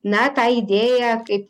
na tą idėją kaip